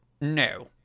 No